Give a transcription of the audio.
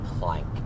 plank